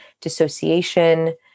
dissociation